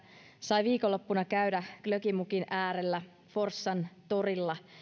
sain viikonloppuna käydä glögimukin äärellä forssan torilla